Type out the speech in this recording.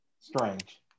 Strange